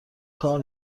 کار